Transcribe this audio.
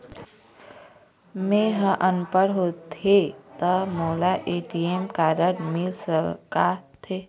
मैं ह अनपढ़ होथे ता मोला ए.टी.एम कारड मिल सका थे?